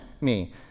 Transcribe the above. me